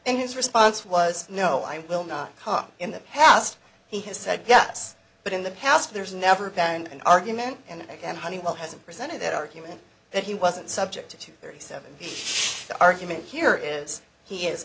and his response was no i will not hop in the past he has said yes but in the past there's never been an argument and honeywell hasn't presented that argument that he wasn't subject to thirty seven the argument here is he is